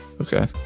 Okay